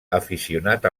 aficionat